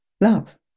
love